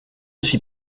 suis